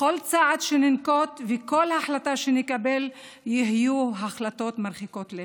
לכל צעד שננקוט ולכל החלטה שנקבל יהיו השלכות מרחיקות לכת,